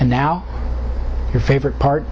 and now your favorite part